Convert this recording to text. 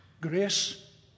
grace